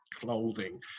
clothing